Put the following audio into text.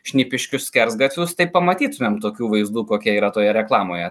šnipiškių skersgatvius tai pamatytumėm tokių vaizdų kokie yra toje reklamoje